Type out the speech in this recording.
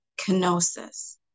Kenosis